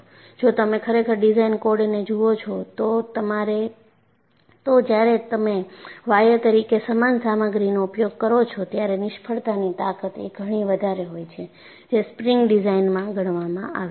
જો તમે ખરેખર ડિઝાઇન કોડને જુઓ છો તો જ્યારે તમે વાયર તરીકે સમાન સામગ્રીનો ઉપયોગ કરો છો ત્યારે નિષ્ફળતાની તાકત એ ઘણી વધારે હોય છે જે સ્પ્રિંગ ડિઝાઇનમાં ગણવામાં આવે છે